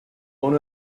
uno